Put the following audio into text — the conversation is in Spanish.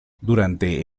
durante